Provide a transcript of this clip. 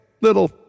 little